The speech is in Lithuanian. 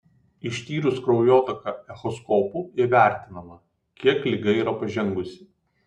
ištyrus kraujotaką echoskopu įvertinama kiek liga yra pažengusi